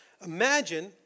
Imagine